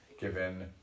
given